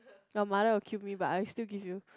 your mother will kill me but I still give you